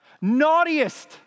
naughtiest